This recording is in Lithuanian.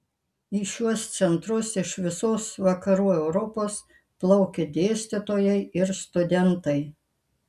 į šiuos centrus iš visos vakarų europos plaukė dėstytojai ir studentai